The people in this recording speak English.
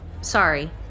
Sorry